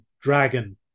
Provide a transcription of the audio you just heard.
dragon